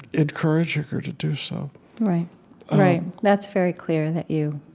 encouraging her to do so right. right. that's very clear, that you,